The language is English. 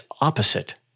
opposite